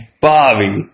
Bobby